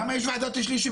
למה יש ועדת שליש?